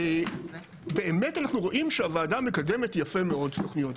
באמת אנחנו רואים שהוועדה מקדמת יפה מאוד תוכניות.